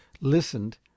listened